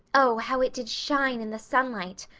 oh, how it did shine in the sunlight!